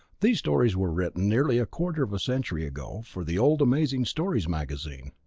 these stories were written nearly a quarter of a century ago, for the old amazing stories magazine.